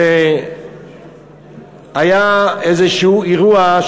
כשהיה איזשהו אירוע,